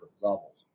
levels